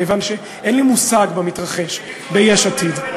כיוון שאין לי מושג במתרחש ביש עתיד.